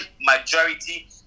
majority